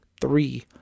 three